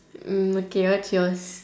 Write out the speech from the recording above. mm okay what's yours